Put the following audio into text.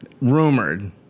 rumored